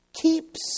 keeps